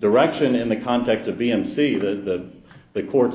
direction in the context of v m c to the court's